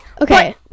Okay